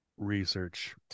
Research